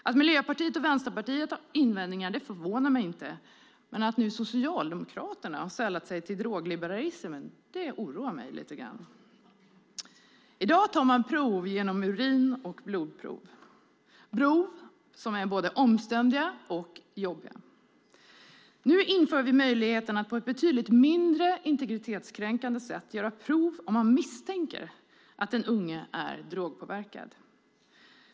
Att Miljöpartiet och Vänsterpartiet har invändningar förvånar mig inte men att Socialdemokraterna har sällat sig till drogliberalism oroar mig. I dag tar man urin eller blodprov. Det är prov som är både omständliga och jobbiga. Nu inför vi möjligheten att på ett betydligt mindre integritetskränkande sätt göra prov om man misstänker att den unge är drogpåverkad.